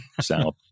south